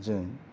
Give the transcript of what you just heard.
जों